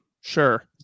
Sure